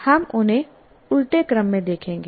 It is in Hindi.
हम उन्हें उल्टे क्रम में देखेंगे